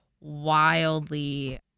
wildly